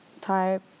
type